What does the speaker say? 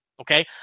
okay